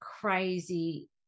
crazy